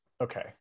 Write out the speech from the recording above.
okay